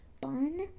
bun